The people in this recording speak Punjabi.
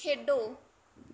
ਖੇਡੋ